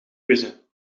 quizzen